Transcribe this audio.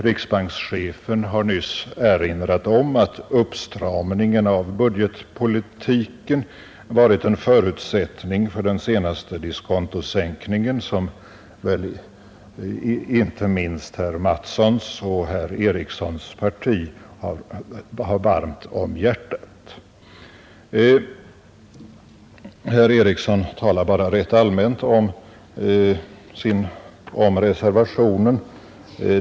Riksbankschefen har nyss erinrat om att uppstramningen av budgetpolitiken varit en förutsättning för den senaste diskontosänkningen, som ligger inte minst herrar Mattssons och Erikssons parti varmt om hjärtat. Herr Eriksson talar bara rätt allmänt om reservationen.